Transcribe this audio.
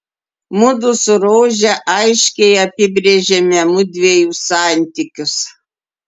mudu su rože aiškiai apibrėžėme mudviejų santykius